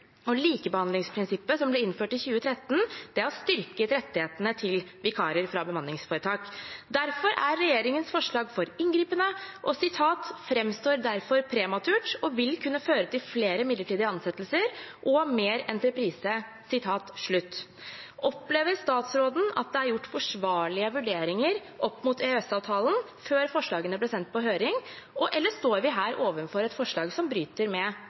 og likebehandlingsprinsippet, som ble innført i 2013, har styrket rettighetene til vikarer fra bemanningsforetak. Derfor er regjeringens forslag for inngripende og «fremstår derfor prematurt» og vil «kunne føre til flere midlertidige ansettelser og mer entreprise». Opplever statsråden at det er gjort forsvarlige vurderinger opp mot EØS-avtalen før forslagene ble sendt på høring, eller står vi her overfor et forslag som bryter med